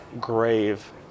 grave